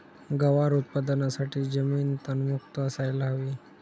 गवार उत्पादनासाठी जमीन तणमुक्त असायला हवी